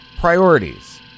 priorities